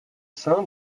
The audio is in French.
sein